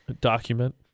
Document